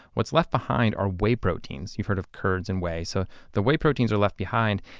what's left behind are whey proteins. you've heard of curds and whey? so the whey proteins are left behind,